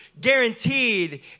Guaranteed